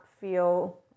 feel